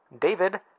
David